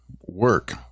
work